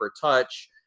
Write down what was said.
touch